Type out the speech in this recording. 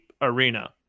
arena